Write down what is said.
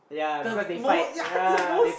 the most ya the most